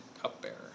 cupbearer